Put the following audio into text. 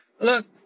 Look